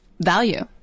value